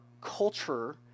culture